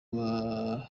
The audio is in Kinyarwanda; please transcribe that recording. kwa